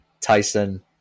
Tyson –